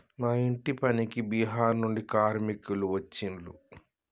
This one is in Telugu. మా ఇంటి పనికి బీహార్ నుండి కార్మికులు వచ్చిన్లు